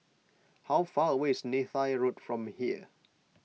how far away is Neythai Road from here